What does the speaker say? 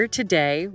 today